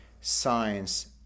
science